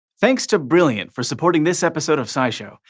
thanks to brilliant for supporting this episode of scishow.